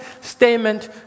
statement